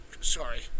Sorry